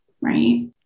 right